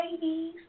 babies